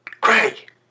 Craig